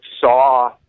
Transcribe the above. saw